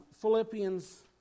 Philippians